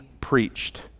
preached